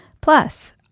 Plus